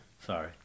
Sorry